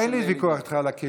אין לי ויכוח איתך על הכלים.